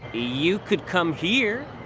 you could come here.